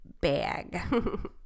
bag